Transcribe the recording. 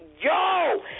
yo